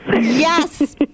Yes